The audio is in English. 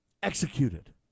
executed